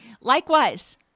Likewise